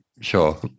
Sure